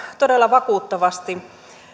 todella vakuuttavasti